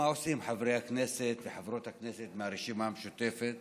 מה עושים חברי הכנסת וחברות הכנסת מהרשימה המשותפת